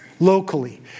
locally